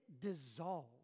dissolve